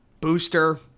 booster